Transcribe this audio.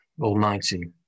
Almighty